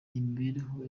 n’imibereho